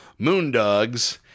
Moondogs